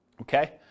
Okay